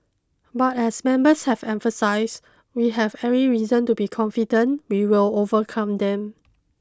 but as members have emphasised we have every reason to be confident we will overcome them